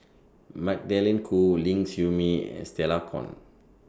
Magdalene Khoo Ling Siew May and Stella Kon